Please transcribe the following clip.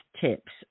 tips